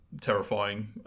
terrifying